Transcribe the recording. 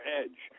edge